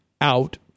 out